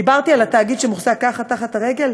דיברתי על התאגיד שמוחזק ככה, תחת הרגל,